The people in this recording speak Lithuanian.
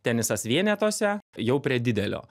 tenisas vienetuose jau prie didelio